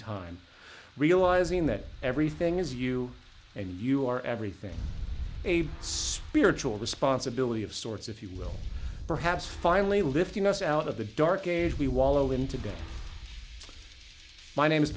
time realizing that everything is you and you are everything a spiritual responsibility of sorts if you will perhaps finally lifting us out of the dark age we wallow in today my name is